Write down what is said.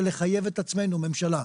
זה לחייב את עצמנו לעסוק בזה עכשיו.